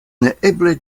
neeble